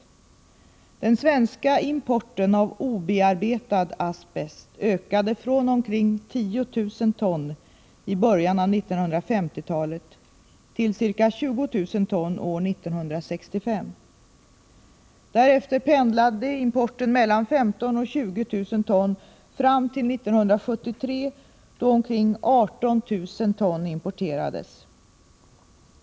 Den svenska importen av obearbetad asbest ökade från omkring 10 000 ton i början av 1950-talet till ca 20 000 ton år 1965. Därefter pendlade importen mellan 15 000 och 20 000 ton fram till 1973 då omkring 18 000 ton importerades.